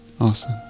Awesome